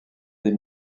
des